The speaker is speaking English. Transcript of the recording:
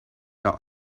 not